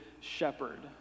shepherd